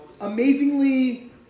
amazingly